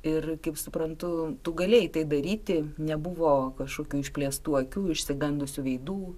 ir kaip suprantu tu galėjai tai daryti nebuvo kažkokių išplėstų akių išsigandusių veidų